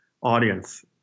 audience